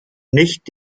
nicht